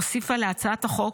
הוסיפה להצעת החוק